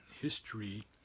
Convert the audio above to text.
history